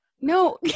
No